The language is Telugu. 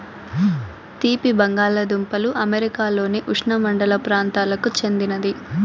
తీపి బంగాలదుంపలు అమెరికాలోని ఉష్ణమండల ప్రాంతాలకు చెందినది